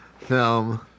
film